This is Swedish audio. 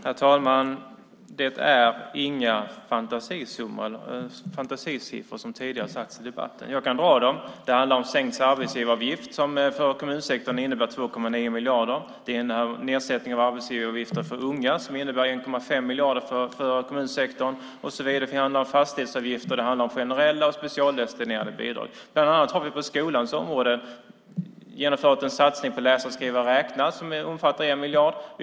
Herr talman! Det är inga fantasisummor, som tidigare sagts i debatten. Jag kan dra dem. Det handlar om sänkt arbetsgivaravgift, som för kommunsektorn innebär 2,9 miljarder. Det är en nedsättning av arbetsgivaravgiften för unga som innebär 1,5 miljarder för kommunsektorn. Det handlar om fastighetsavgifter. Det handlar om generella och specialdestinerade bidrag. Vi har bland annat på skolans område genomfört en satsning på läsa-skriva-räkna som omfattar 1 miljard.